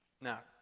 Now